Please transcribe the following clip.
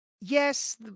yes